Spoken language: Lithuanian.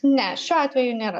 ne šiuo atveju nėra